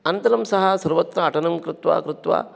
अनन्तरं सः सर्वत्र अटनङ्कृत्वा कृत्वा